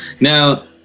Now